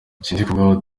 sindikubwabo